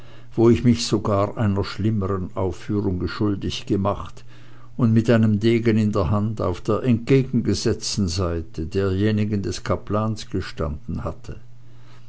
wo ich mich sogar einer schlimmeren aufführung schuldig gemacht und mit einem degen in der hand auf der entgegengesetzten seite derjenigen des kaplans gestanden hatte